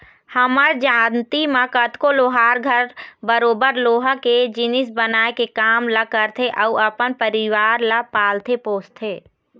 हमर जानती म कतको लोहार घर बरोबर लोहा के जिनिस बनाए के काम ल करथे अउ अपन परिवार ल पालथे पोसथे